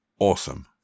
awesome